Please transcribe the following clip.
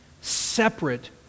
separate